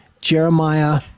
Jeremiah